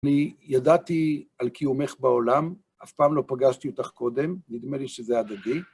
אני ידעתי על קיומך בעולם, אף פעם לא פגשתי אותך קודם, נדמה לי שזה הדדי,